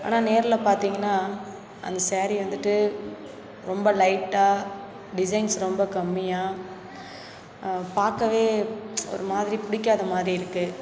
ஆனால் நேரில் பார்த்தீங்கன்னா அந்த ஸாரி வந்துட்டு ரொம்ப லைட்டாக டிசைன்ஸ் ரொம்ப கம்மியாக பார்க்கவே ஒரு மாதிரி பிடிக்காத மாதிரி இருக்குது